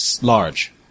large